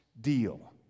deal